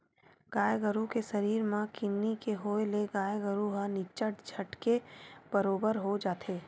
गाय गरु के सरीर म किन्नी के होय ले गाय गरु ह निच्चट झटके बरोबर हो जाथे